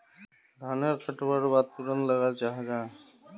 धानेर कटवार बाद तुरंत की लगा जाहा जाहा?